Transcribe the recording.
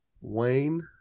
Wayne